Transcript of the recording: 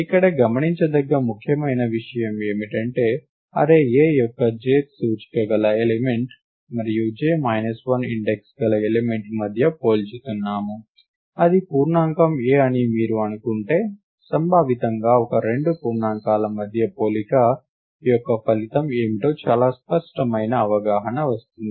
ఇక్కడ గమనించదగ్గ ముఖ్యమైన విషయం ఏమిటంటే అర్రే A యొక్క jth సూచిక గల ఎలిమెంట్ మరియు j 1 ఇండెక్స్ గల ఎలిమెంట్ మధ్య పోల్చుతున్నాము అది పూర్ణాంకం A అని మీరు అనుకుంటే సంభావితంగా ఒక రెండు పూర్ణాంకాల మధ్య పోలిక యొక్క ఫలితం ఏమిటో చాలా స్పష్టమైన అవగాహన వస్తుంది